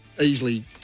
Easily